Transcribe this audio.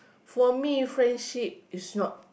for me friendship is not